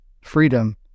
freedom